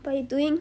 but you doing